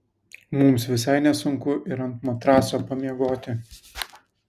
mums visai nesunku ir ant matraso pamiegoti